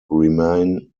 remain